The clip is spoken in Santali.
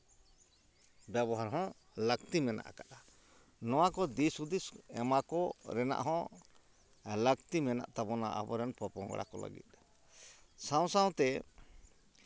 ᱵᱮᱵᱚᱦᱟᱨ ᱦᱚᱸ ᱞᱟᱹᱠᱛᱤ ᱢᱮᱱᱟᱜ ᱟᱠᱟᱫᱼᱟ ᱱᱚᱣᱟ ᱠᱚ ᱫᱤᱥ ᱦᱩᱫᱤᱥ ᱮᱢᱟ ᱠᱚ ᱨᱮᱱᱟᱜ ᱦᱚᱸ ᱞᱟᱹᱠᱛᱤ ᱢᱮᱱᱟᱜ ᱛᱟᱵᱚᱱᱟ ᱟᱵᱚᱨᱮᱱ ᱯᱚᱯᱚᱝᱲᱟ ᱠᱚ ᱞᱟᱹᱜᱤᱫ ᱛᱮ ᱥᱟᱶ ᱥᱟᱶᱛᱮ